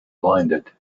blinded